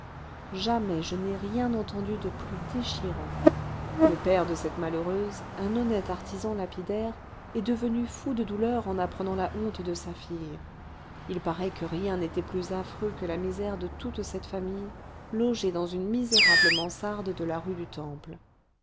jamais je n'ai rien entendu de plus déchirant le père de cette malheureuse un honnête artisan lapidaire est devenu fou de douleur en apprenant la honte de sa fille il paraît que rien n'était plus affreux que la misère de toute cette famille logée dans une misérable mansarde de la rue du temple